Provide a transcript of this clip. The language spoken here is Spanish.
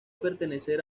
pertenecer